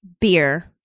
Beer